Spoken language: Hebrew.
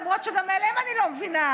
למרות שגם אותם אני לא מבינה,